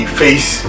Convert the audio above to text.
face